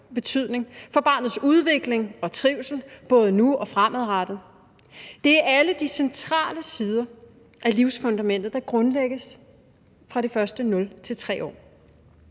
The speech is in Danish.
for barnets udvikling og trivsel, både nu og fremadrettet. Det er alle de centrale sider af livsfundamentet, der grundlægges i de første 0-3 år.